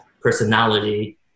personality